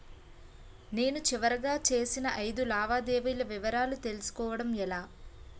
నేను చివరిగా చేసిన ఐదు లావాదేవీల వివరాలు తెలుసుకోవటం ఎలా?